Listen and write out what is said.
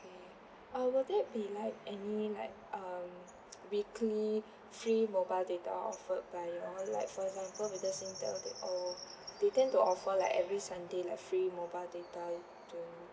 okay uh will there be like any like um weekly free mobile data offered by you all like for example over there singtel they all they tend to offer like every sunday like free mobile data too